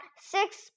six